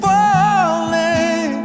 Falling